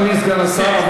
אדוני סגן השר,